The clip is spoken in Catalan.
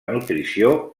nutrició